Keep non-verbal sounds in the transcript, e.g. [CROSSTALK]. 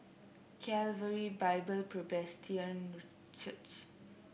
Calvary Bible Presbyterian [UNINTELLIGIBLE] Church